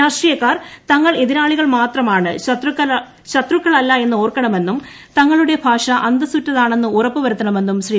രാഷ്ട്രീയക്കാർ തങ്ങൾ എ്തിരാളികൾ മാത്രമാണ് ശത്രുക്കൾ അല്ല എന്ന് ഓർക്കണമെന്നും തങ്ങളുടെ ഭാഷ അന്തസ്സുറ്റതാണെന്ന് ഉറപ്പുവരുത്തണമെന്നും ശ്രീ